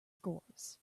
scores